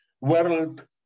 world